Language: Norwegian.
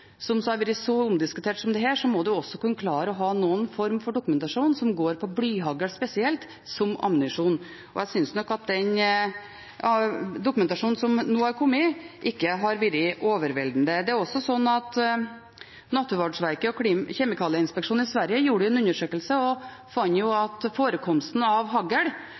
som har vært så omdiskutert som dette, må man også kunne klare å ha noen former for dokumentasjon som går på blyhagl spesielt som ammunisjon. Jeg synes nok at den dokumentasjonen som nå har kommet, ikke har vært overveldende. Det er også slik at Naturvårdsverket og Kemikalieinspektionen i Sverige gjorde en undersøkelse og fant at forekomsten av hagl